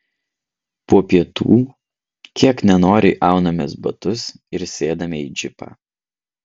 po pietų kiek nenoriai aunamės batus ir sėdame į džipą